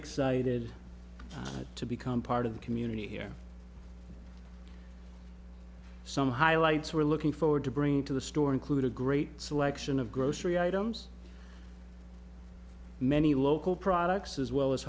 excited to become part of the community here some highlights we're looking forward to bringing to the store include a great selection of grocery items many local products as well as